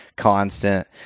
constant